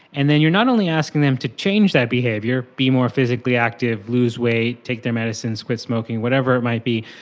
and then you're not only asking them to change that behaviour, be more physically active, lose weight, take their medicine, quit smoking, whatever it might be,